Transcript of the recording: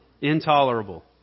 Intolerable